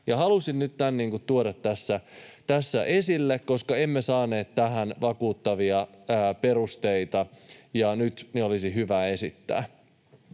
Halusin nyt tämän tuoda tässä esille, koska emme saaneet tähän vakuuttavia perusteita, ja nyt ne olisi hyvä esittää.